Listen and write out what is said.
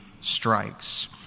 strikes